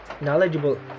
knowledgeable